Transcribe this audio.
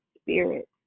Spirit